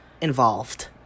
involved